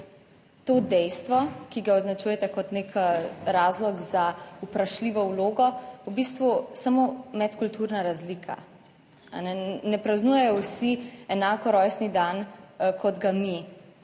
to dejstvo, ki ga označujete kot nek razlog za vprašljivo vlogo v bistvu samo medkulturna razlika. Ne praznujejo vsi enako rojstni dan, kot ga mi